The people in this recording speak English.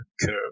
curve